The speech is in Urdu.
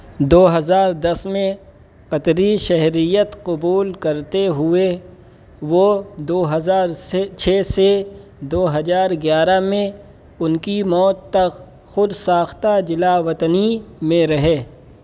دو ہزار دس میں قطری شہریت قبول کرتے ہوئے وہ دو ہزار سے چھ سے دو ہزار گیارہ میں ان کی موت تک خود ساختہ جلا وطنی میں رہے